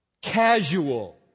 casual